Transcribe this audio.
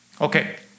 Okay